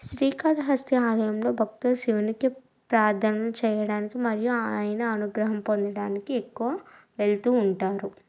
శ్రీకాళహస్తి ఆలయంలో భక్తులు శివునికి ప్ ప్రార్దనలు చేయడానికి మరియు ఆయన అనుగ్రహం పొందడానికి ఎక్కువ వెళ్తూ ఉంటారు